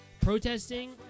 Protesting